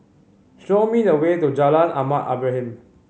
show me the way to Jalan Ahmad Ibrahim